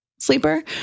sleeper